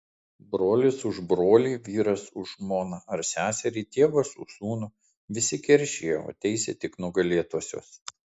brolis už brolį vyras už žmoną ar seserį tėvas už sūnų visi keršija o teisia tik nugalėtuosius